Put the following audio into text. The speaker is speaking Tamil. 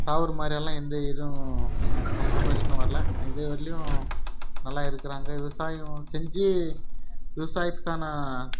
சாகுற மாதிரியெல்லாம் எந்த இதுவும் கம்ப்ரமேஷனும் வரல இது வரைலியும் நல்லா இருக்கிறாங்க விவசாயம் செஞ்சு விவசாயத்துக்கான